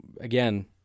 again